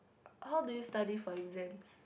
how do you study for exams